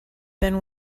been